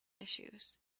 issues